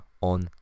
on